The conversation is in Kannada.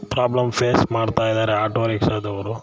ಪ್ರಾಬ್ಲಮ್ ಫೇಸ್ ಮಾಡ್ತಾಯಿದ್ದಾರೆ ಆಟೋ ರಿಕ್ಷಾದವರು